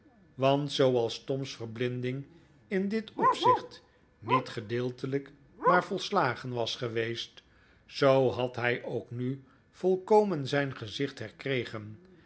want zooals tom's verblinding in dit opzicht niet gedeeltelijk maar volslagen was geweest zoo had hij ook nu volkomen zijn gezicht herkregen